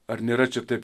ar nėra čia taip